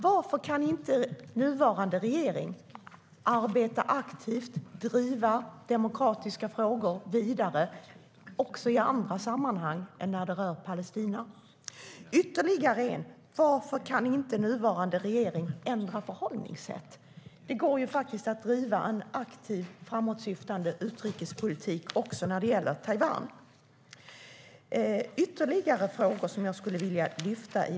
Varför kan inte nuvarande regering arbeta aktivt och driva demokratiska frågor vidare också i andra sammanhang än när det rör Palestina? Varför kan inte nuvarande regering ändra förhållningssätt? Det går faktiskt att driva en aktiv, framåtsyftande utrikespolitik också när det gäller Taiwan.